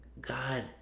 God